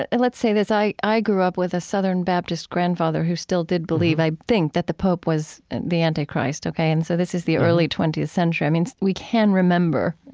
and let's say this, i i grew up with a southern baptist grandfather who still did believe, i think, that the pope was the anti-christ. okay? and so this is the early twentieth century. i mean, we can remember